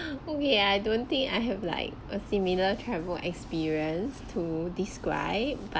okay I don't think I have like a similar travel experience to describe but